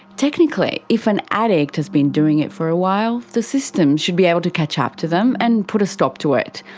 technically, if an addict has been doing it for a while, the system should be able to catch up to them and put a stop to it.